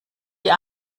die